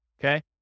Okay